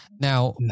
Now